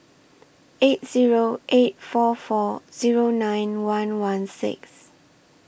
eight Zero eight four four Zero nine one one six